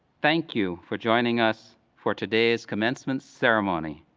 thank you for joining us for today's commencement ceremony.